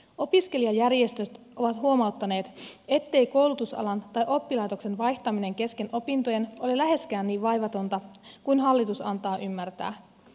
opiskelijajärjestöt ovat huomauttaneet ettei koulutusalan tai oppilaitoksen vaihtaminen kesken opintojen ole läheskään niin vaivatonta kuin hallitus antaa ymmärtää